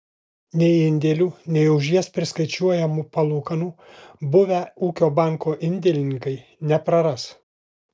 nei indėlių nei už jas priskaičiuojamų palūkanų buvę ūkio banko indėlininkai nepraras